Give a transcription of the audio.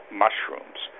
mushrooms